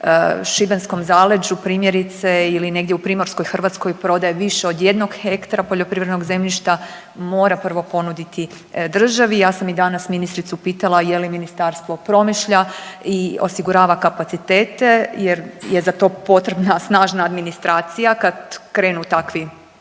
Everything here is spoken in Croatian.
šibenskom zaleđu primjerice ili negdje u Primorskoj Hrvatskoj prodaje više od jednog hektara poljoprivrednog zemljišta mora prvo ponuditi državi. Ja sam i danas ministricu pitala je li ministarstvo promišlja i osigurava kapacitete jer je za to potrebna snažna administracija kad krenu takvi